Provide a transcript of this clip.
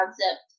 concept